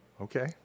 Okay